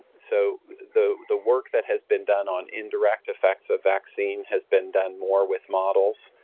so the the work that has been done on indirect effects of vaccine has been done more with models,